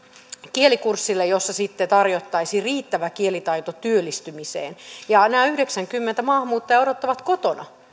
kielikurssille jolla sitten tarjottaisiin riittävä kielitaito työllistymiseen ja nämä yhdeksänkymmentä maahanmuuttajaa odottavat kotona